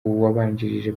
wabanjirije